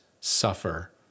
suffer